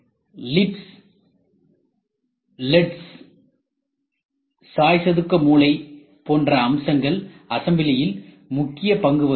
lips லெட்ஸ் சாய் சதுக்க மூலை போன்ற அம்சங்கள் அசெம்பிளியில் முக்கிய பங்கு வகிக்கிறது